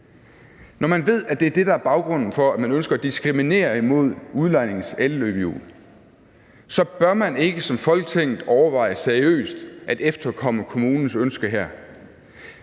Når man ved, at det er det, der er baggrunden for, at man ønsker at diskriminere imod udlejningselløbehjul, så bør man ikke som Folketing overveje seriøst at efterkomme kommunens ønske her.